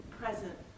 present